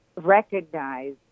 recognize